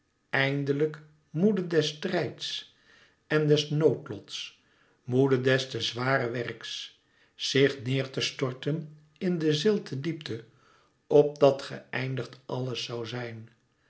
eindelijk moede des strijds en des noodlots moede des te zwaren werks zich neêr te storten in de zilten diepte opdat geëindigd alles zoû zijn